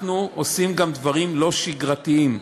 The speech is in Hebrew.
אנחנו עושים גם דברים לא שגרתיים.